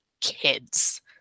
kids